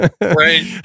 Right